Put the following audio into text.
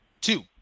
two